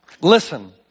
Listen